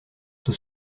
tout